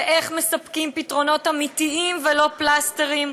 איך מספקים פתרונות אמיתיים ולא פלסטרים,